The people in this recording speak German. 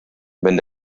wenn